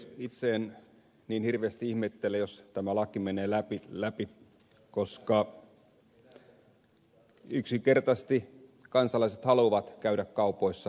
itse en niin hirveästi ihmettele jos tämä laki menee läpi koska yksinkertaisesti kansalaiset haluavat käydä kaupoissa sunnuntaisin